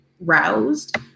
roused